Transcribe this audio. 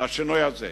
לשינוי הזה,